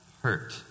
hurt